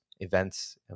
events